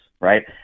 right